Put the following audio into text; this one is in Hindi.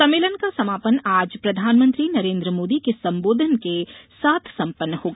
सम्मेलन का समापन आज प्रधानमंत्री नरेन्द्र मोदी के संबोधन के साथ संपन्न होगा